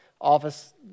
office